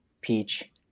Peach